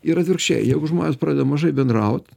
ir atvirkščiai jeigu žmonės pradeda mažai bendraut